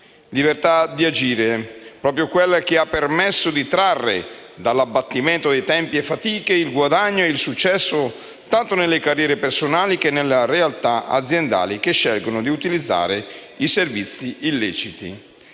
libertà di agire che ha permesso di trarre dall'abbattimento dei tempi e delle fatiche il guadagno e il successo tanto nelle carriere personali, quanto nelle realtà aziendali che scelgono di utilizzare i servizi illeciti.